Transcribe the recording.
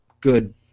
good